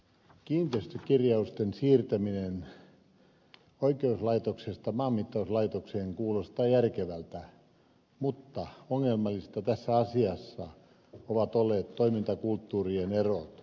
kiinteistökirjausten siirtäminen oikeuslaitoksesta maanmittauslaitokseen kuulostaa järkevältä mutta ongelmallisia tässä asiassa ovat olleet toimintakulttuurien erot